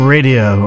Radio